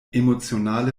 emotionale